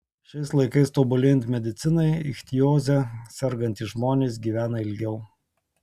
šiais laikais tobulėjant medicinai ichtioze sergantys žmonės gyvena ilgiau